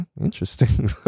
interesting